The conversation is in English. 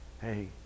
hey